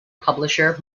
publisher